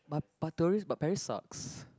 but but tourist but Paris sucks